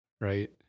right